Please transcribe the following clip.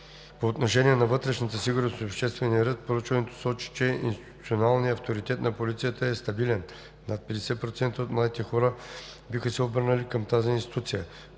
По отношение на вътрешната сигурност и обществения ред проучването сочи, че институционалният авторитет на полицията е стабилен. Над 50% от младите хора биха се обърнали към тази институция.